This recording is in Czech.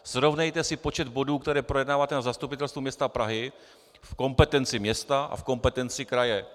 Srovnejte si počet bodů, které projednáváte na Zastupitelstvu města Prahy v kompetenci města a v kompetenci kraje.